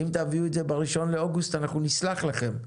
אם תביאו את זה ב-1 באוגוסט אנחנו נסלח לכם.